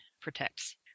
protects